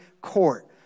court